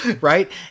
Right